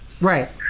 right